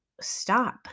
stop